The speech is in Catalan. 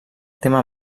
tema